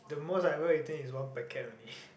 the most I will I think is one packet only